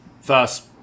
first